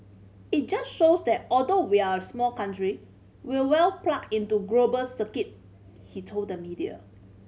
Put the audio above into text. it just shows that although we're a small country we're well plugged into global circuit he told the media